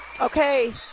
okay